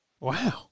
Wow